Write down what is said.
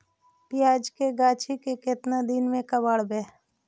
प्याज के गाछि के केतना दिन में कबाड़बै?